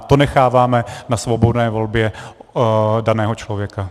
To necháváme na svobodné volbě daného člověka.